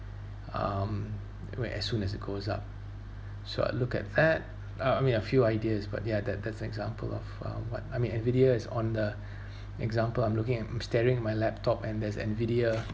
um where as soon as it goes up so I look at that uh I mean a few ideas but ya that that's example of uh what I mean N vidia is on the example I'm looking at I'm staring my laptop and there's N vidia